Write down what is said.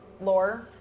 Lore